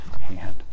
hand